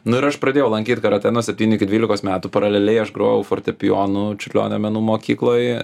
nu ir aš pradėjau lankyt karatė nuo septynių iki dvylikos metų paraleliai aš grojau fortepijonu čiurlionio menų mokykloj